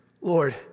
lord